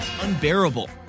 unbearable